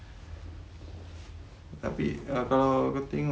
tapi okay lah boleh katakan